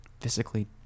physically